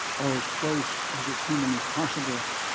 or as close as it's humanly possible,